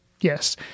Yes